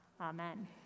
Amen